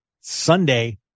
Sunday